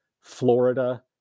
Florida